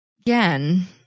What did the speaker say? again